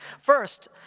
First